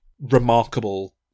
remarkable